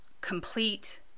complete